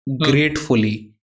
Gratefully